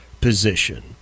position